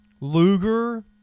Luger